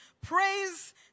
praise